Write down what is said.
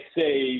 say